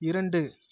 இரண்டு